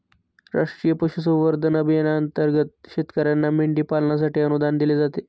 राष्ट्रीय पशुसंवर्धन अभियानांतर्गत शेतकर्यांना मेंढी पालनासाठी अनुदान दिले जाते